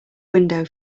window